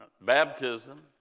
baptism